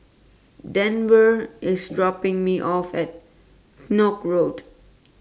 Denver IS dropping Me off At Koek Road